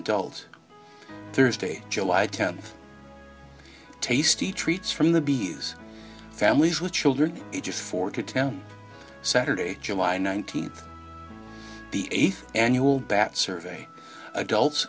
adult thursday july tenth tasty treats from the bees families with children ages four to ten saturday july nineteenth the eighth annual baths survey adults